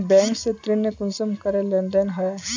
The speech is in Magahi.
बैंक से ऋण कुंसम करे लेन देन होए?